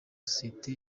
sosiyete